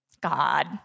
God